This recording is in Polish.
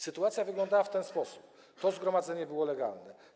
Sytuacja wyglądała w ten sposób, że zgromadzenie było legalne.